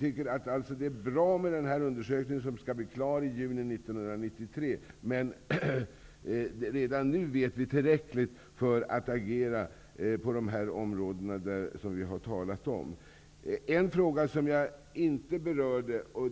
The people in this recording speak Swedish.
Det är bra att den här undersökningen, som skall bli klar i juni 1993, kommer till stånd, men vi vet redan tillräckligt för att agera på de områden som vi har talat om. En fråga som jag inte berörde och